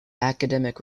academic